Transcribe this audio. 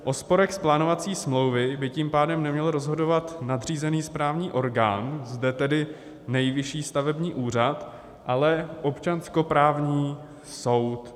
O sporech z plánovací smlouvy by tím pádem neměl rozhodovat nadřízený správní orgán, zde tedy Nejvyšší stavební úřad, ale občanskoprávní soud.